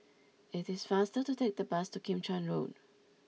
it is faster to take the bus to Kim Chuan Road